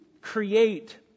create